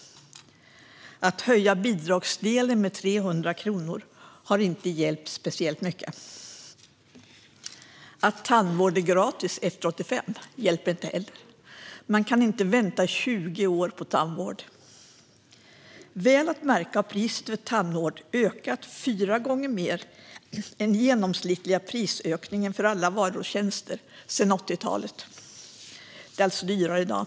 Att höja bidragsdelen med 300 kronor har inte hjälpt speciellt mycket. Att tandvård är gratis efter 85 hjälper inte heller. Man kan inte vänta i 20 år på tandvård. Väl att märka har priset för tandvård ökat fyra gånger mer än de genomsnittliga priserna för alla varor och tjänster sedan 80-talet. Det är alltså dyrare i dag.